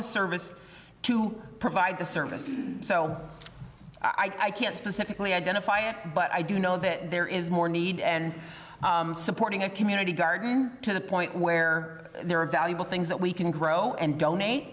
the service to provide the services so i can't specifically identify it but i do know that there is more need and supporting a community garden to the point where there are valuable things that we can grow and donate